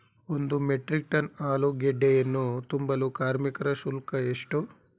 ಒಂದು metric ton ಆಲೂಗೆಡ್ಡೆಯನ್ನು ತುಂಬಲು ಕಾರ್ಮಿಕರ ಶುಲ್ಕ ಎಷ್ಟು?